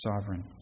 sovereign